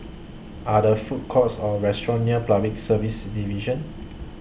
Are There Food Courts Or restaurants near Public Service Division